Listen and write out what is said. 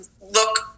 look